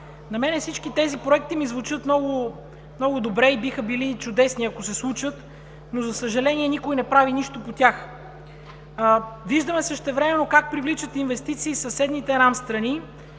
На мен всички тези проекти ми звучат много добре и биха били чудесни, ако се случат, но за съжаление никой не прави нищо по тях. Виждаме същевременно как привличат инвестиции съседните нам страни,